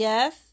Yes